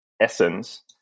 essence